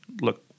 look